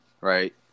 right